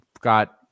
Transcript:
got